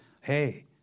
hey